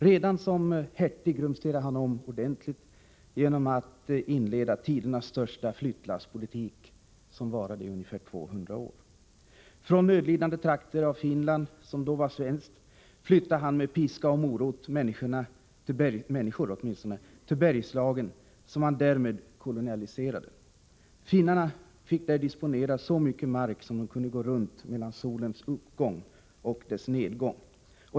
Redan som hertig rumsterade han om ordentligt genom att inleda tidernas största flyttlasspolitik, som varade i ungefär 200 år. Från nödlidande trakter i Finland, som då var svenskt, flyttade han med piska och morot människor till Bergslagen, som han därmed koloniserade. Finnarna fick där disponera så mycket mark som de kunde gå runt mellan solens uppgång och dess nedgång.